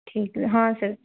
ठीक है हाँ सर